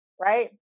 right